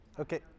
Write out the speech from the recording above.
Okay